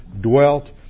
dwelt